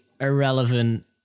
irrelevant